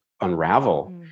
unravel